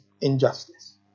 injustice